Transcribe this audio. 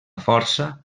força